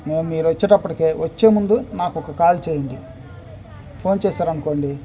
మేము మీరు వచ్చేటప్పటికీ వచ్చే ముందు నాకు ఒక కాల్ చేయండి ఫోన్ చేశారు అనుకోండి